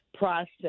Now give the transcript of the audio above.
Process